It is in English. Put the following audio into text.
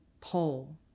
pole